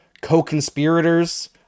co-conspirators